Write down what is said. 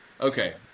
Okay